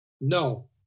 No